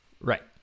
right